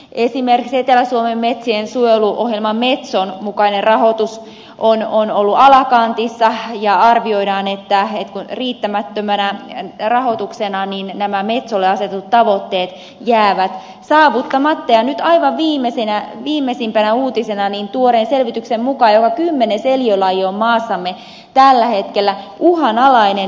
esimerkiksi etelä suomen metsiensuojeluohjelma metson mukainen rahoitus on ollut alakantissa ja arvioidaan että riittämättömän rahoituksen vuoksi nämä metsolle asetetut tavoitteet jäävät saavuttamatta ja nyt aivan viimeisimpänä uutisena tuoreen selvityksen mukaan joka kymmenes eliölaji on maassamme tällä hetkellä uhanalainen